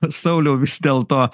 sauliau vis dėlto